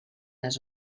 les